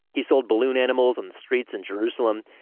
he sold balloon animals on the streets in jerusalem,